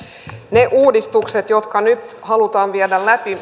ne uudistukset jotka nyt halutaan viedä läpi